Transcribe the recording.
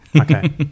Okay